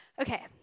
Okay